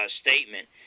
statement